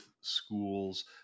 schools